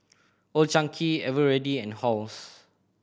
Old Chang Kee Eveready and Halls